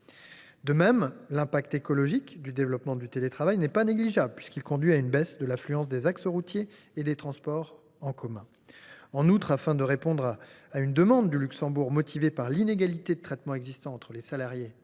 De même, l’impact écologique du développement du télétravail n’est pas négligeable, puisqu’il conduit à une baisse de l’affluence sur les axes routiers et dans les transports en commun. En outre, afin de répondre à une demande du Luxembourg motivée par l’inégalité de traitement existante entre les salariés du secteur